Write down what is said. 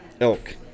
elk